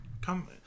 come